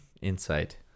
insight